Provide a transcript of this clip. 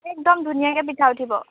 একদম ধুনীয়াকৈ পিঠা উঠিব